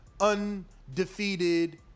undefeated